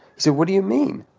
so what do you mean?